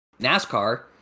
NASCAR